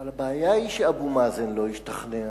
אבל הבעיה היא שאבו מאזן לא השתכנע